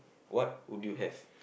what would you have